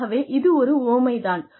ஆகவே இது ஒரு உவமை தான்